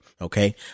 Okay